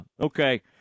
Okay